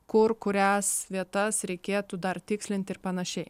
kur kurias vietas reikėtų dar tikslinti ir panašiai